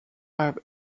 have